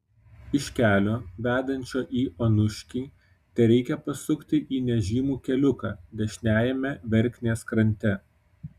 iš kelio vedančio į onuškį tereikia pasukti į nežymų keliuką dešiniajame verknės krante